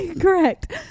Correct